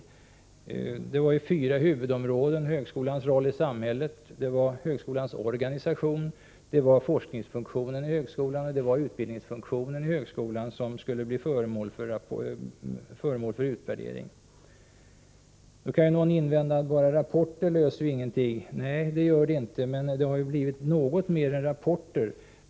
Man gjorde en uppdelning på fyra huvudområden: högskolans roll i samhället, högskolans organisation, forskningsfunktionen i högskolan och utbildningsfunktionen i högskolan. Det var dessa områden som skulle bli föremål för utvärdering. Då kan någon invända att enbart rapporter inte löser några problem. Nej, det gör de inte, men det har ju blivit något mer än rapporter.